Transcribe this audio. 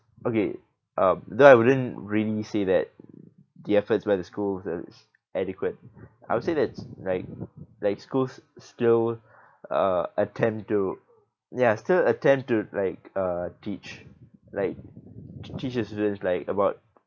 okay uh though I wouldn't really say that the efforts by the schools is adequate I would say that's like like schools still uh attempt to ya still attempt to like uh teach like to teach the students like about